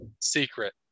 secret